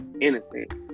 innocent